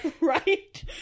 right